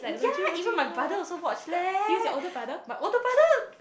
ya even my brother also watch leh my older brother